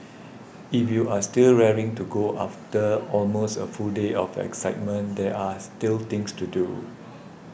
if you are still raring to go after almost a full day of excitement there are still things to do